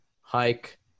hike